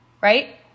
Right